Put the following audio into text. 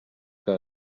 que